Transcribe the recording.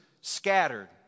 scattered